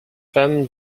femmes